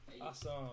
Awesome